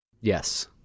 Yes